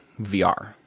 VR